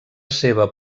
seva